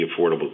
Affordable